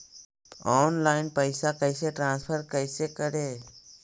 Online पैसा कैसे transfer कैसे कर?